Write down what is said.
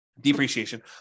depreciation